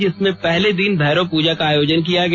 जिसमें पहले दिन भैरव पूजा का आयोजन किया गया